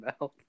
mouth